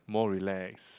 more relax